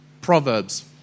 Proverbs